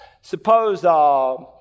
Suppose